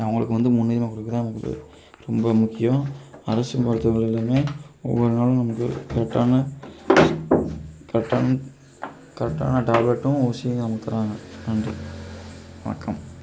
அவங்களுக்கு வந்து முன்னுரிமை கொடுக்க தான் உண்டு ரொம்ப முக்கியம் அரசு மருத்துவமனைகளுமே ஒவ்வொரு நாளும் நமக்கு கரெக்டான கரெக்டான கரெக்டான டேப்லெட்டும் ஊசியும் நமக்கு தர்றாங்க நன்றி வணக்கம்